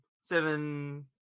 seven